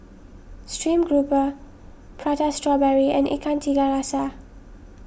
Stream Grouper Prata Strawberry and Ikan Tiga Rasa